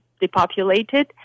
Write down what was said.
depopulated